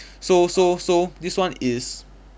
so so so this one is